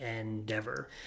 endeavor